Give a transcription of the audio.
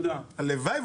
תודה,